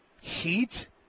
heat